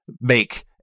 make